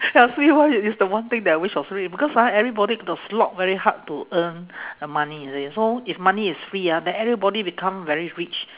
you ask me why it is the one thing that I wished for free because ah everybody got to slog very hard to earn the money you see so if money is free ah then everybody become very rich